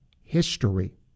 history